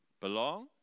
belong